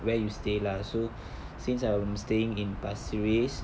where you stay lah so since I'm staying in pasir ris